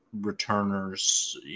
returners